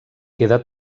queda